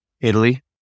Italy